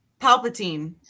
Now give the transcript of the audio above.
Palpatine